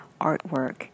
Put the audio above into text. artwork